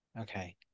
okay